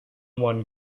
one